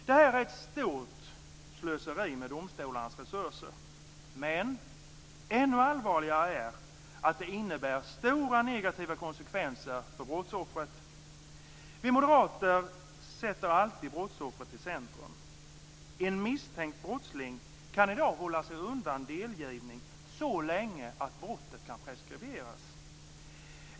Det här är ett stort slöseri med domstolarnas resurser men ännu allvarligare är att det innebär stora negativa konsekvenser för brottsoffret. Vi moderater sätter alltid brottsoffret i centrum. En misstänkt brottsling kan i dag hålla sig undan delgivning så lång tid att brottet kan preskriberas.